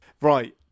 Right